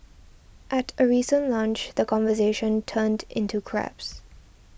at a recent lunch the conversation turned into crabs